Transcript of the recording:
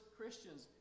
Christians